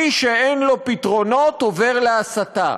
מי שאין לו פתרונות עובר להסתה.